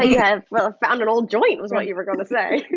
ah you had found and old joint is what you were gonna say.